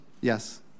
Yes